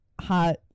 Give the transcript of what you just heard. hot